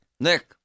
Nick